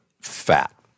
fat